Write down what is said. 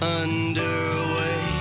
underway